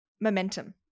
momentum